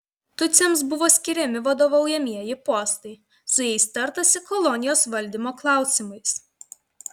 tutsiams buvo skiriami vadovaujamieji postai su jais tartasi kolonijos valdymo klausimais